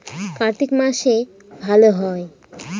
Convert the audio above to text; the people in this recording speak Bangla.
কার্তিক মাসে ভালো হয়?